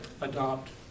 adopt